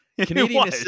canadian